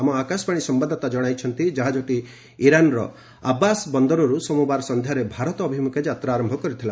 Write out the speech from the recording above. ଆମ ଆକାଶବାଣୀ ସମ୍ବାଦଦାତା ଜଣାଇଛନ୍ତି ଜାହାଜଟି ଇରାନର ଆବ୍ବାସ ବନ୍ଦରରୁ ସୋମବାର ସନ୍ଧ୍ୟାରେ ଭାରତ ଅଭିମୁଖେ ଯାତ୍ରା ଆରମ୍ଭ କରିଥିଲା